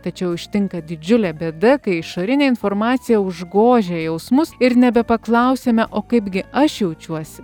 tačiau ištinka didžiulė bėda kai išorinė informacija užgožia jausmus ir nebepaklausiame o kaip gi aš jaučiuosi